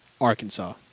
Arkansas